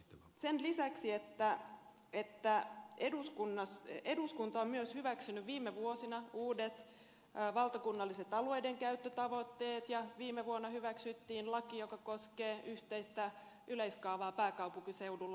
sen lisäksi että eduskunta on myös hyväksynyt viime vuosina uudet valtakunnalliset alueiden käyttötavoitteet viime vuonna hyväksyttiin laki joka koskee yhteistä yleiskaavaa pääkaupunkiseudulle